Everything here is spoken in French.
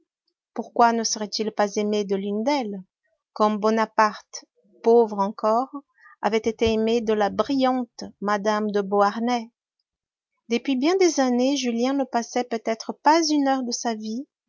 pourquoi ne serait-il pas aimé de l'une d'elles comme bonaparte pauvre encore avait été aimé de la brillante mme de beauharnais depuis bien des années julien ne passait peut-être pas une heure de sa vie